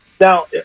Now